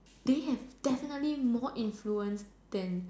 they have definitely more influence than